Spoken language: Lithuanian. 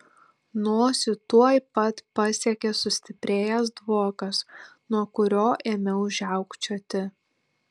nosį tuoj pat pasiekė sustiprėjęs dvokas nuo kurio ėmiau žiaukčioti